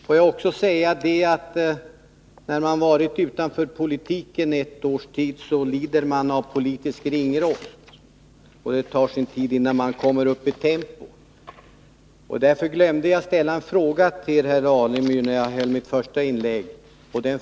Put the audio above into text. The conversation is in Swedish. Låt mig också säga att när man varit utanför politiken i ett års tid lider man av politisk ringrost, och det tar sin tid innan man kommer upp i tempo. Därför glömde jag ställa en fråga till herr Alemyr när jag höll mitt första inlägg.